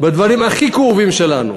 בדברים הכי כאובים שלנו.